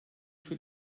für